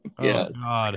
Yes